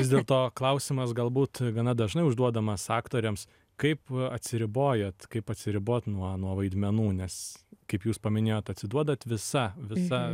vis dėlto klausimas galbūt gana dažnai užduodamas aktoriams kaip atsiribojat kaip atsiribot nuo nuo vaidmenų nes kaip jūs paminėjot atsiduodat visa visa